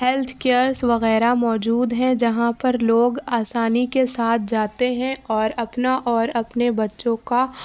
health cares وغیرہ موجود ہیں جہاں پر لوگ آسانی کے ساتھ جاتے ہیں اور اپنا اور اپنے بچوں کا